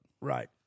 Right